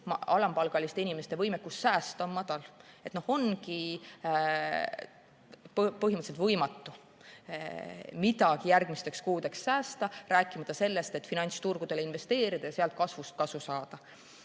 alampalgaliste inimeste võimekus säästa on madal. Ongi põhimõtteliselt võimatu midagi järgmisteks kuudeks säästa, rääkimata sellest, et finantsturgudele investeerida ja sealt kasu saada.